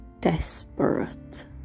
desperate